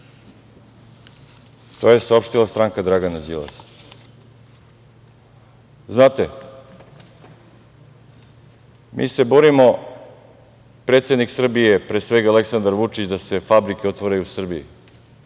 To je saopštila stranka Dragana Đilasa. Znate, mi se borimo, predsednik Srbije pre svega, Aleksandar Vučić, da se fabrike otvaraju u Srbiji,